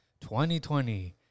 2020